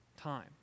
time